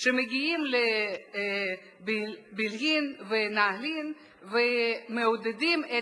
שמגיעים לבילעין ונעלין ומעודדים את